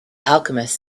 alchemist